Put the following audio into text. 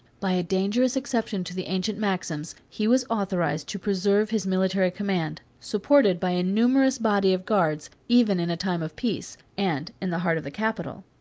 by a dangerous exception to the ancient maxims, he was authorized to preserve his military command, supported by a numerous body of guards, even in time of peace, and in the heart of the capital.